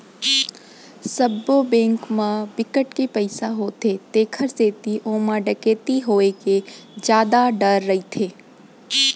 सबो बेंक म बिकट के पइसा होथे तेखर सेती ओमा डकैती होए के जादा डर रहिथे